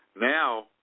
Now